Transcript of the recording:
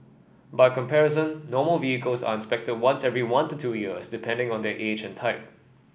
by comparison normal vehicles are inspected once every one to two years depending on their age and type